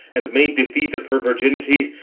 and made defeat of her virginity